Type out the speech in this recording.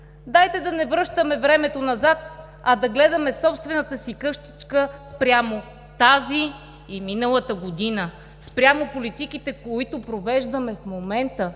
Дайте да не връщаме времето назад, а да гледаме в собствената си къщичка спрямо тази и миналата година, спрямо политиките, които провеждаме в момента